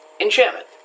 enchantment